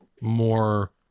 more